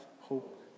hope